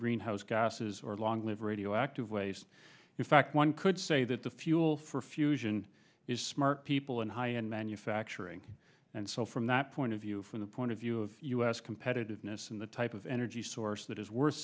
greenhouse gases or long live radioactive waste in fact one could say that the fuel for fusion is smart people and high end manufacturing and so from that point of view from the point of view of us competitiveness in the type of energy source that is wor